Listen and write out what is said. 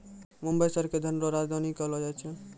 मुंबई शहर के धन रो राजधानी कहलो जाय छै